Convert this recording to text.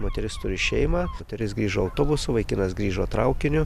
moteris turi šeimą moteris grįžo autobusu vaikinas grįžo traukiniu